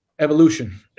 Evolution